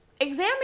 examine